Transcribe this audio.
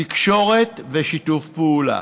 תקשורת ושיתוף פעולה.